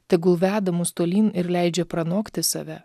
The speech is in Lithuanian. tegul veda mus tolyn ir leidžia pranokti save